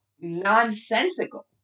nonsensical